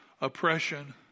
Oppression